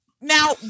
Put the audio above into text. now